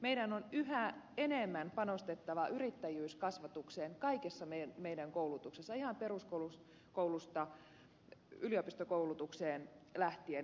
meidän on yhä enemmän panostettava yrittäjyyskasvatukseen kaikessa meidän koulutuksessa ihan peruskoulusta lähtien yliopistokoulutukseen asti